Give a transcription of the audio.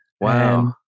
wow